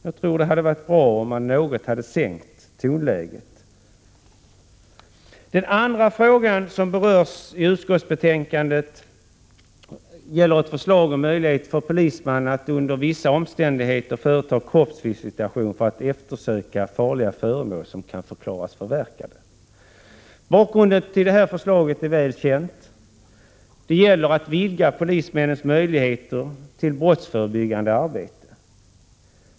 Jag tror det hade varit bra om man något hade sänkt tonläget. Den andra frågan som berörs i utskottsbetänkandet gäller ett förslag om möjligheter för polisman att under vissa omständigheter företa kroppsvisitation för att eftersöka farliga föremål som kan förklaras förverkade. Bakgrunden till detta förslag är väl känd. Det gäller att vidga polismännens möjligheter till brottsförebyggande arbete.